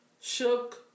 shook